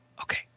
Okay